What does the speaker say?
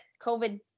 covid